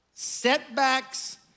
setbacks